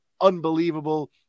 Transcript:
unbelievable